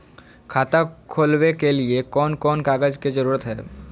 खाता खोलवे के लिए कौन कौन कागज के जरूरत है?